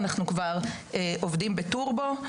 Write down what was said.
אנחנו כבר עובדים בטורבו.